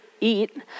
eat